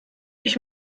ich